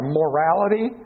morality